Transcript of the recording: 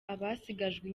abasigajwe